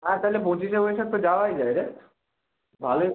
আর তাহলে পঁচিশে বৈশাখ তো যাওয়াই যায় রে ভালোই